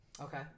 Okay